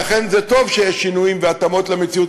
ואכן זה טוב שיש שינויים והתאמות למציאות